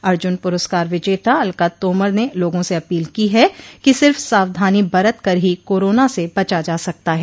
अर्जुन पुरस्कार विजेता अलका तोमर ने लोगों से अपील की है कि सिर्फ सावधानी बरत कर ही कोरोना से बचा जा सकता है